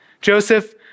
Joseph